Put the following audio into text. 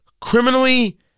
criminally